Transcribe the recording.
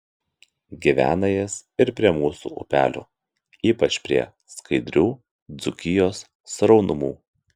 gyvena jis ir prie mūsų upelių ypač prie skaidrių dzūkijos sraunumų